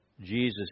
Jesus